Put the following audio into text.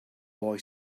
boy